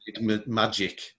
magic